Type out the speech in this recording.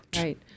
Right